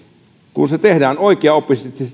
kun se terveyslannoitus tehdään oikeaoppisesti